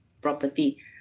property